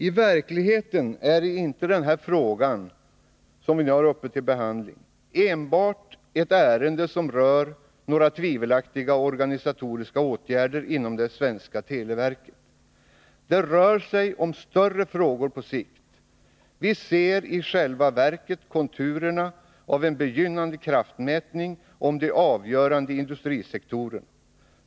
I verkligheten handlar inte denna fråga enbart om några tvivelaktiga organisatoriska åtgärder inom det svenska televerket. Det rör sig om större frågor på sikt. Vi ser i själva verket konturerna av en begynnande kraftmätning om de avgörande industrisektorerna.